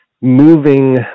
moving